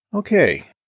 Okay